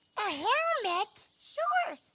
a helmet? sure,